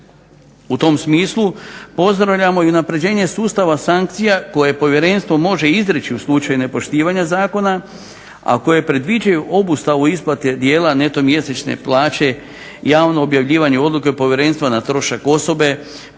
U tom smislu pozdravljamo i unapređenje sustava sankcija koje povjerenstvo može izreći u slučaju nepoštivanja zakona, a koje predviđaju obustavu isplate dijela neto mjesečne plaće, javno objavljivanje odluke povjerenstva na trošak osobe,